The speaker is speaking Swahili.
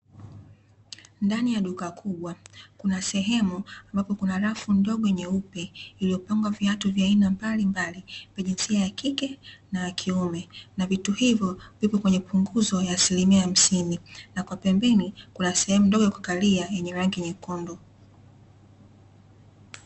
Ndani ya duka kubwa kuna sehemu ambapo kuna rafu ndogo nyeupe iliyopangwa viatu vya aina mbali mbali vya jinsia ya kike na kiume, na vitu hivyo vipo kwenye punguzo ya asilimia hamsini na kwa pembeni kuna sehemu ndogo kukalia yenye rangi nyekundu.